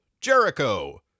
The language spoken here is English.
Jericho